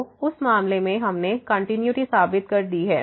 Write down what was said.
तो उस मामले में हमने कंटिन्यूटी साबित कर दी है